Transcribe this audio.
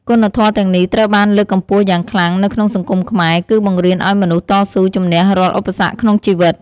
គុណធម៌ទាំងនេះត្រូវបានលើកកម្ពស់យ៉ាងខ្លាំងនៅក្នុងសង្គមខ្មែរ គឺបង្រៀនឱ្យមនុស្សតស៊ូជំនះរាល់ឧបសគ្គក្នុងជីវិត។